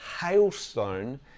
hailstone